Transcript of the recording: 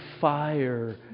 fire